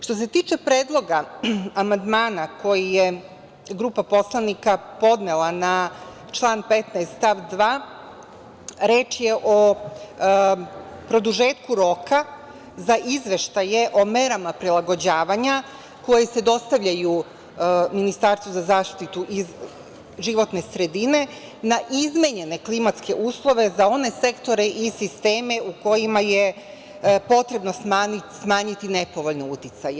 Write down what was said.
Što se tiče predloga amandmana koji je grupa poslanika podnela na član 15. stav 2, reč je o produžetku roka za izveštaje o merama prilagođavanja koji se dostavljaju Ministarstvu za zaštitu životne sredine na izmenjene klimatske uslove za one sektore i sisteme u kojima je potrebno smanjiti nepovoljne uticaje.